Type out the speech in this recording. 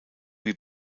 wie